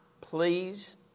please